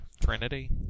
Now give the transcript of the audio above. Trinity